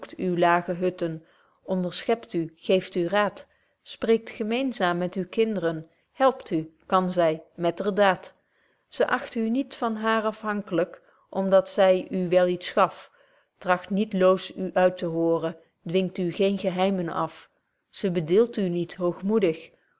lage hutten onderschept u geeft u raad spreekt gemeenzaam met uw kinderen helpt u kan zy met er daad ze acht u niet van haar afhanklyk om dat zy u wel iets gaf tragt niet loos u uit te hooren dwingt u geen geheimen af zy bedilt u niet